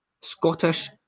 Scottish